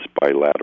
bilateral